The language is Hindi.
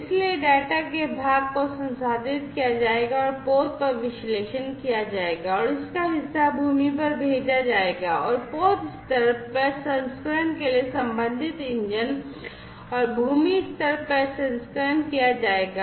इसलिए डेटा के भाग को संसाधित किया जाएगा और पोत पर विश्लेषण किया जाएगा और इसका हिस्सा भूमि पर भेजा जाएगा और पोत स्तर प्रसंस्करण के लिए संबंधित इंजन और भूमि स्तर प्रसंस्करण किया जाएगा